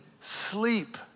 sleep